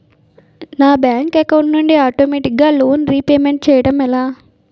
నా bank account నుండి ఆటోమేటిగ్గా లోన్ రీపేమెంట్ చేయడం ఎలా?